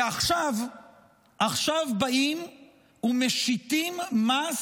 -- ועכשיו באים ומשיתים מס